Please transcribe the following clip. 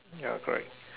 ya correct